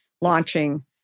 launching